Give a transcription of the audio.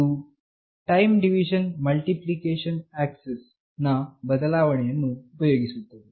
ಇದು time division multiple access ನ ಬದಲಾವಣೆಯನ್ನು ಉಪಯೋಗಿಸುತ್ತದೆ